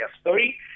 story